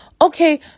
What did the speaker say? Okay